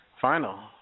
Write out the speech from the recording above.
final